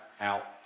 out